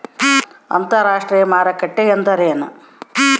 ಅಂತರಾಷ್ಟ್ರೇಯ ಮಾರುಕಟ್ಟೆ ಎಂದರೇನು?